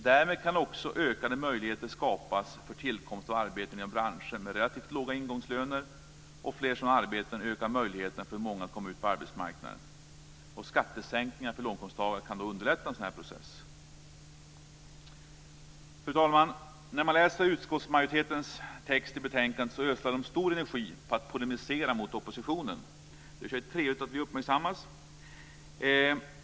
Därmed kan också ökade möjligheter skapas för tillkomst av arbeten inom branscher med relativt låga ingångslöner. Fler sådana arbeten ökar möjligheten för många att komma ut på arbetsmarknaden. Skattesänkningar för låginkomsttagare kan då underlätta en sådan process. Fru talman! När man läser utskottsmajoritetens text i betänkandet ser man att de ödslar stor energi på att polemisera mot oppositionen. Det är i och för sig trevligt att vi uppmärksammas.